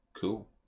Cool